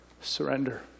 Surrender